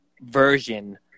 Version